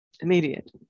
immediate